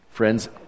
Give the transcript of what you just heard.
Friends